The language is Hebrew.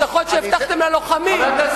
ההבטחות שהבטחתם ללוחמים,